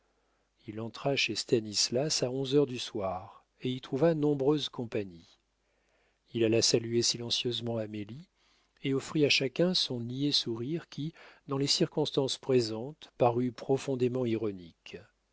il entra chez stanislas à onze heures du soir et y trouva nombreuse compagnie il alla saluer silencieusement amélie et offrit à chacun son niais sourire qui dans les circonstances présentes parut profondément ironique